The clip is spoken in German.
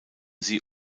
sie